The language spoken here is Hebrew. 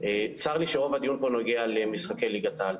צר לי שרוב הדיון פה נוגע למשחקי ליגת העל.